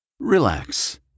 Relax